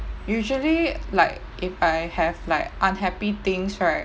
usually like if I have like unhappy things right